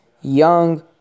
young